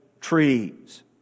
trees